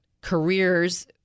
careers